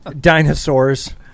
Dinosaurs